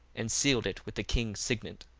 and sealed it with the king's signet,